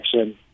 action